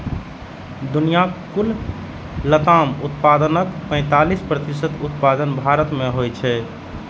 दुनियाक कुल लताम उत्पादनक पैंतालीस प्रतिशत उत्पादन भारत मे होइ छै